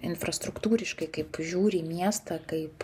infrastruktūriškai kaip žiūri į miestą kaip